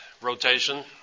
rotation